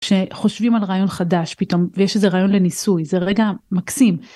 חושבים על רעיון חדש פתאום ויש איזה רעיון לניסוי זה רגע מקסים.